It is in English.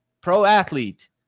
pro-athlete